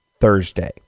Thursday